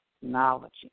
technology